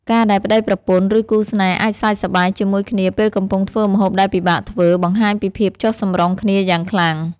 ការដែលប្ដីប្រពន្ធ ឬគូស្នេហ៍អាចសើចសប្បាយជាមួយគ្នាពេលកំពុងធ្វើម្ហូបដែលពិបាកធ្វើ បង្ហាញពីភាពចុះសម្រុងគ្នាយ៉ាងខ្លាំង។